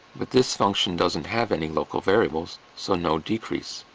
but this function doesn't have any local variables, so no decrease.